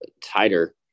tighter